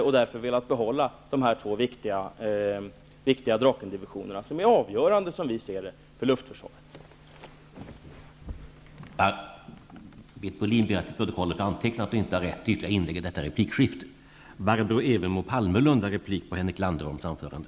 Det är därför som vi har velat behålla de två Drakendivisionerna, som är avgörande för luftförsvaret, enligt vårt sätt att se.